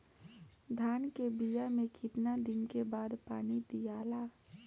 धान के बिया मे कितना दिन के बाद पानी दियाला?